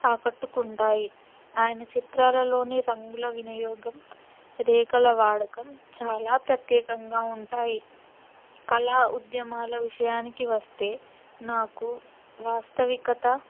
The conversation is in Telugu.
ఆకట్టుకుంటాయి ఆయన చిత్రాలలోని రంగుల వినియోగం రేఖల వాడకం చాలా ప్రత్యేకంగా ఉంటాయి కళా ఉద్యమాల విషయానికి వస్తే నాకు వాస్తవికత